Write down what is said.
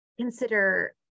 consider